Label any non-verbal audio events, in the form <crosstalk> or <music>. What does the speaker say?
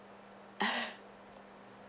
<laughs>